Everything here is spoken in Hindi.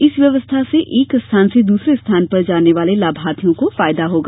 स व्यस्था से एक स्थान पर दूसरे स्थान पर जाने वाले लाभार्थियों को फायदा होगा